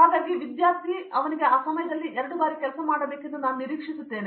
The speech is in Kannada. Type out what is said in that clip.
ಹಾಗಾಗಿ ವಿದ್ಯಾರ್ಥಿ ಅವನಿಗೆ ಆ ಸಮಯದಲ್ಲಿ ಎರಡು ಬಾರಿ ಕೆಲಸ ಮಾಡಬೇಕೆಂದು ನಾನು ನಿರೀಕ್ಷಿಸುತ್ತೇನೆ